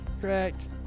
Correct